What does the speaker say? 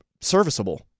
serviceable